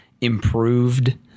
improved